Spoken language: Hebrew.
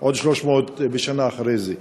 ועוד 300 מיליון בשנה אחרי זה.